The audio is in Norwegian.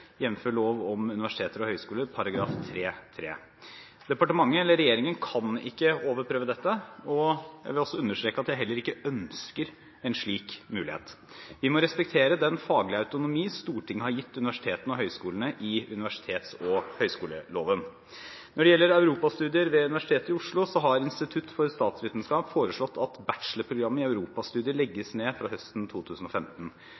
lov om universiteter og høyskoler § 3-3. Departementet eller regjeringen kan ikke overprøve dette, og jeg vil også understreke at jeg heller ikke ønsker en slik mulighet. Vi må respektere den faglige autonomi Stortinget har gitt universitetene og høyskolene i universitets- og høyskoleloven. Når det gjelder europastudier ved Universitetet i Oslo, har Institutt for statsvitenskap foreslått at bachelorprogrammet i europastudier